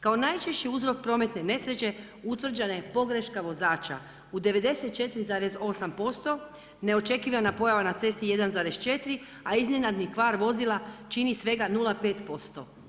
Kao najčešći uzrok prometne nesreće utvrđena je pogreška vozača u 94,8%, neočekivana pojava na cesti 1,4 a iznenadni kvar vozila čini svega 0,5%